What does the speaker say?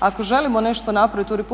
Ako želimo nešto napraviti u RH